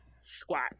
squat